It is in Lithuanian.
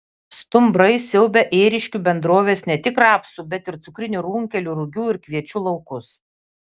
stumbrai siaubia ėriškių bendrovės ne tik rapsų bet ir cukrinių runkelių rugių kviečių laukus